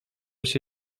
się